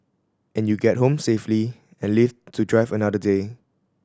and you get home safely and live to drive another day